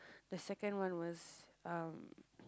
the second one was